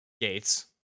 gates